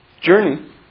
journey